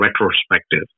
retrospective